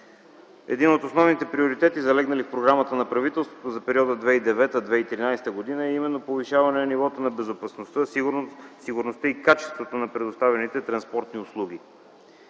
Един от основните приоритети, залегнали в Програмата на правителството за периода 2009-2013 г., е именно повишаване нивото на безопасността, сигурността и качеството на предоставяните транспортни услуги.